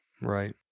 Right